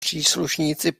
příslušníci